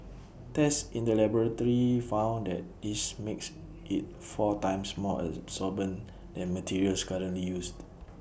tests in the laboratory found that this makes IT four times more absorbent than materials currently used